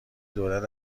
دولت